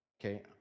Okay